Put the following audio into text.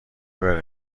بره